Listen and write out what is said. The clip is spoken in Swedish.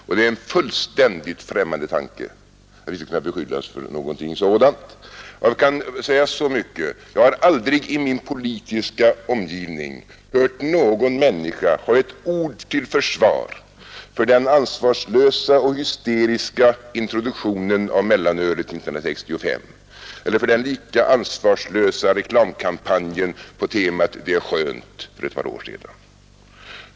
Jag kan säga så mycket som att jag aldrig i min politiska omgivning hört någon människa säga ett ord till försvar för den ansvarslösa och hysteriska introduktionen av mellanölet 1965 eller för den lika ansvarslösa reklamkampanj på temat ”Det är skönt! ” för ett par år sedan.